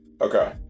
Okay